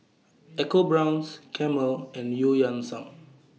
EcoBrown's Camel and EU Yan Sang